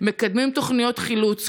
מקדמים תוכניות חילוץ,